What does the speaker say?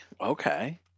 Okay